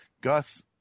Gus